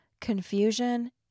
confusion